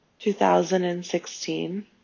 2016